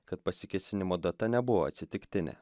kad pasikėsinimo data nebuvo atsitiktinė